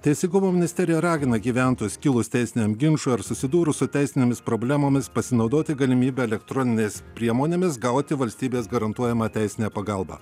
teisingumo ministerija ragina gyventojus kilus teisiniam ginčui ar susidūrus su teisinėmis problemomis pasinaudoti galimybe elektroninėmis priemonėmis gauti valstybės garantuojamą teisinę pagalbą